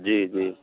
जी जी